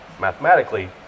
mathematically